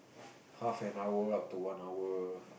half an hour up to one hour